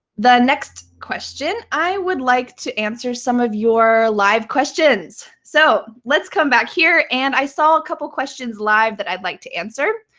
the next question, i would like to answer some of your live questions. so let's come back here. and i saw a couple of questions live that i'd like to answer.